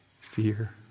fear